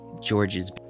George's